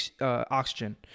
oxygen